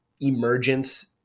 emergence